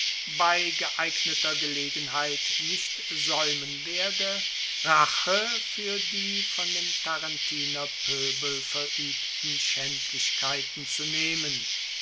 bei geeigneter gelegenheit nicht saeumen werde rache fuer die von dem tarentiner poebel veruebten schaendlichkeiten zu nehmen